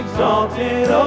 Exalted